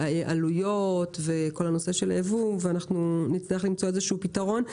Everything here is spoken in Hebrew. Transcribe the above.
העלויות וכל הנושא של היבוא ונצטרך למצוא איזשהו פתרון.